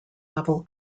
level